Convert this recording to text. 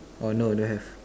oh no don't have